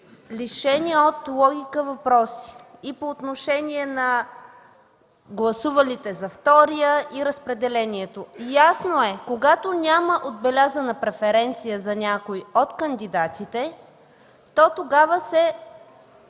лишени от логика въпроси и по отношение на гласувалите за втория, и за разпределението. Ясно е, че когато няма отбелязана преференция за някой от кандидатите, тогава вотът